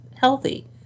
healthy